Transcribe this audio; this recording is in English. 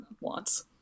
wants